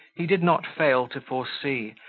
he did not fail to foresee,